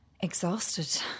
Exhausted